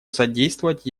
содействовать